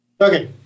Okay